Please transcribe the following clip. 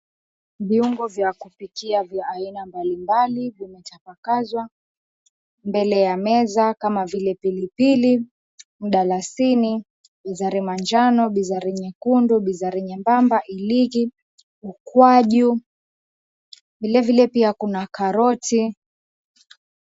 Viungo vya kupikia vya aina mbalimbali vimetapakazwa mbele ya meza kama vile pilipili, mdalasini, bizari manjano, bizari nyekundu, bizari nyembamba, iliki, ukwaju vilevile pia kuna karoti.